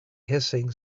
hissing